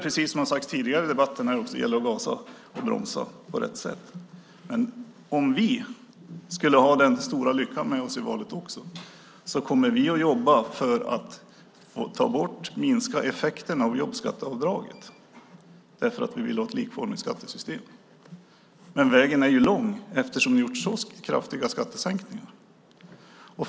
Precis som sagts tidigare i debatten här gäller det att gasa och bromsa på rätt sätt. Om vi skulle ha den stora lyckan med oss i valet kommer vi att jobba för en minskning av effekterna av jobbskatteavdraget därför att vi vill ha ett likformigt skattesystem. Men vägen dit är lång eftersom ni har gjort så kraftiga skattesänkningar.